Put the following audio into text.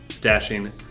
dashing